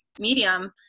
medium